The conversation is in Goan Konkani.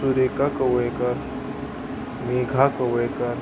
सुरेखा कवळेकर मेघा कवळेकर